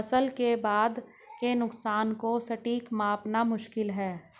फसल के बाद के नुकसान को सटीक मापना मुश्किल है